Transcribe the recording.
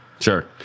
Sure